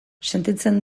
sentitzen